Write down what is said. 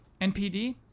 NPD